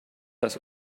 das